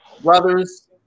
brothers